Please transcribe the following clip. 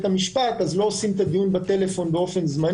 המשפט אז לא עושים את הדיון טלפונית זמנית.